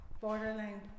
borderline